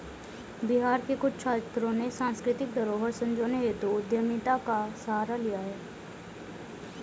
बिहार के कुछ छात्रों ने सांस्कृतिक धरोहर संजोने हेतु उद्यमिता का सहारा लिया है